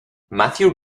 matthew